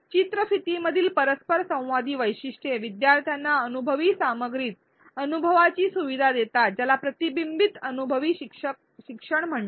चित्रफितीमधील परस्परसंवादी वैशिष्ट्ये विद्यार्थ्यांना अनुभवी सामग्रीत अनुभवाची सुविधा देतात ज्याला प्रतिबिंबित अनुभवी शिक्षण म्हणतात